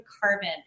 carbon